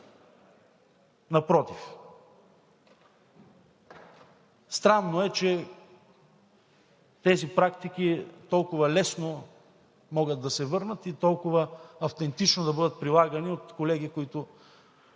напротив. Странно е, че тези практики толкова лесно могат да се върнат и толкова автентично да бъдат прилагани от колеги, които